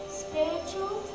spiritual